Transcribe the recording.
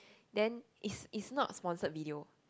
then is is not sponsored video